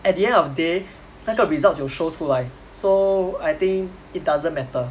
at the end of day 那个 results will show 出来 so I think it doesn't matter